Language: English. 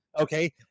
okay